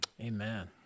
Amen